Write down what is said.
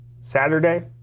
Saturday